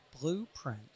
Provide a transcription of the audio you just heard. blueprint